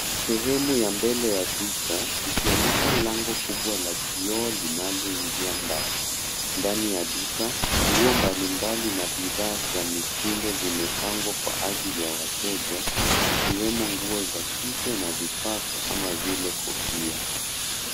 Sehemu ya mbele ya duka likionyesha lango kubwa la kioo linaloingia ndani. Ndani ya duka, nguo mbalimbali na bidhaa za mitindo zimepangwa kwa ajili ya wateja, zikiwemo nguo za kike na vifaa kama vile kofia.